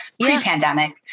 pre-pandemic